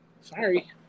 Sorry